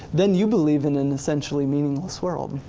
then you believe in an essentially meaningless world.